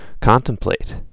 contemplate